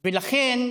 ולכן,